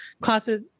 classes